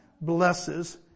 blesses